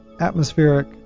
atmospheric